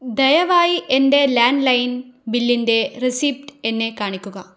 ദയവായി എൻ്റെ ലാൻഡ്ലൈൻ ബില്ലിൻ്റെ റെസീപ്റ്റ് എന്നെ കാണിക്കുക